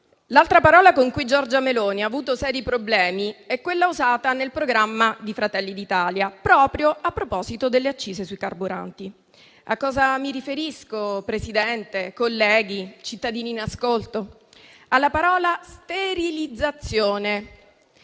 L'altra parola con cui Giorgia Meloni ha avuto seri problemi è quella usata nel programma di Fratelli d'Italia proprio a proposito delle accise sui carburanti. Mi riferisco, signor Presidente, colleghi e cittadini in ascolto, alla espressione sterilizzazione